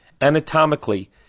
anatomically